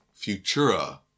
Futura